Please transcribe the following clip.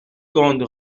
comptes